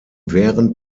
während